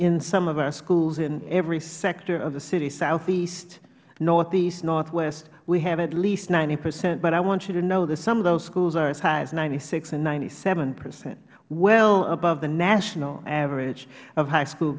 in some of our schools in every sector of the city southeast northeast northwest we have at least ninety percent but i want you to know that some of those schools are as high as ninety six and ninety seven percent well above the national average of high school